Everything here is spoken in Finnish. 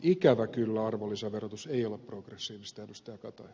ikävä kyllä arvonlisäverotus ei ole progressiivista ed